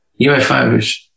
UFOs